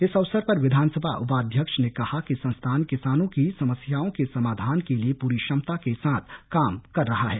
इस अवसर पर विधानसभा उपाध्यक्ष ने कहा कि संस्थान किसानों की समस्याओं के समाधान के लिए पूरी क्षमता के साथ काम कर रहा है